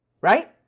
Right